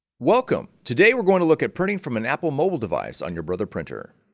welcome today we're going to look at printing from an apple mobile device on your brother printer.